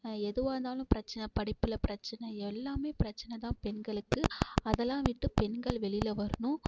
எதுவாக இருந்தாலும் பிரச்சனை படிப்பில் பிரச்சனை எல்லாம் பிரச்சனைதான் பெண்களுக்கு அதல்லாம் விட்டு பெண்கள் வெளியில் வரணும்